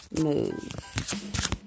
move